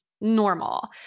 normal